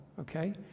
okay